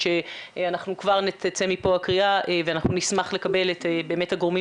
כבר תצא מפה הקריאה ונשמח לקבל את הגורמים